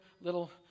little